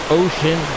ocean